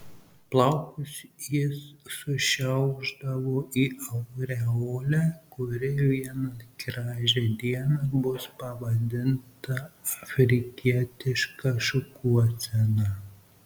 plaukus jis sušiaušdavo į aureolę kuri vieną gražią dieną bus pavadinta afrikietiška šukuosena